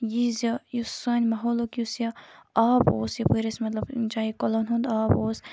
یہِ زِ یُس سانہِ ماحولُک یُس یہِ آب اوس یَپٲرۍ اَسہِ مطلب ییٚمہِ جایہِ یہِ کۄلَن ہُند آب اوس